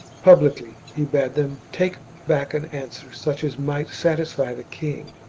publicly, he bade them take back an answer such as might satisfy the king.